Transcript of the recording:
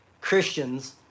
Christians